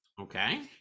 Okay